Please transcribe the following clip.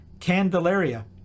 Candelaria